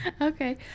Okay